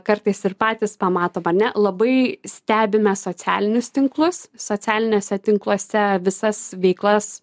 kartais ir patys pamatom ar ne labai stebime socialinius tinklus socialiniuose tinkluose visas veiklas